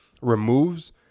removes